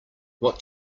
what